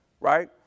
Right